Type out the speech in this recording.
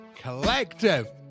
collective